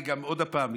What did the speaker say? עוד פעם,